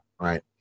right